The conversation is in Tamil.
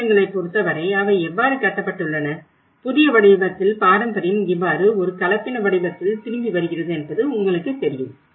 பொது இடங்களைப் பொறுத்தவரை அவை எவ்வாறு கட்டப்பட்டுள்ளன புதிய வடிவத்தில் பாரம்பரியம் இவ்வாறு ஒரு கலப்பின வடிவத்தில் திரும்பி வருகிறது என்பது உங்களுக்குத் தெரியும்